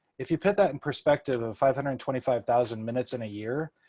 if you put that in perspective of five hundred and twenty five thousand minutes in a year,